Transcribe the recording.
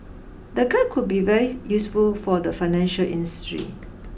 the guide could be very useful for the financial industry